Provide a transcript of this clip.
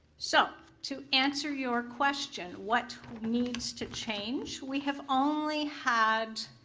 so to answer your question what needs to change, we have only had